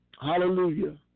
Hallelujah